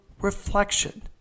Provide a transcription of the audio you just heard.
reflection